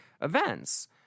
events